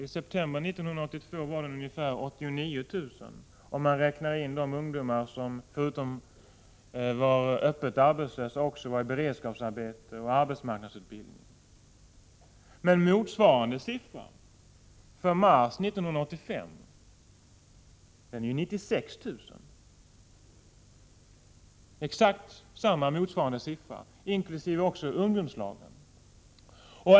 I september 1982 var antalet ungefär 89 000, om man förutom dem som var öppet arbetslösa räknar in de ungdomar som var föremål för arbetsmarknadsutbildning. Men exakt motsvarande siffra för mars 1985 är 96 000, inkl. de ungdomar som befinner sig i ungdomslag.